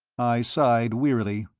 i sighed wearily.